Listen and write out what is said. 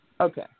Okay